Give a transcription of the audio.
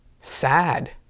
sad